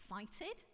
excited